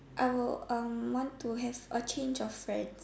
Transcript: I will um want to have a change of friends